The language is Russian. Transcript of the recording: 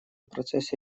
процессе